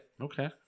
okay